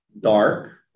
Dark